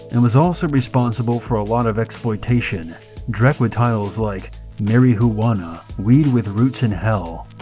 and was also responsible for a lot of exploitation dreck with titles like marihuana weed with roots in hell.